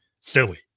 silly